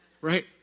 Right